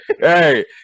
Hey